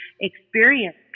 experience